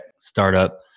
startup